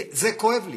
זה כואב לי,